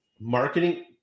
marketing